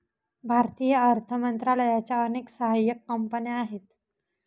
भारतीय अर्थ मंत्रालयाच्या अनेक सहाय्यक कंपन्या आहेत